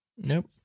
Nope